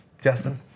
Justin